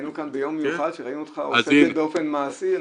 היינו כאן ביום מיוחד שראינו אותך עושה את זה באופן מעשי.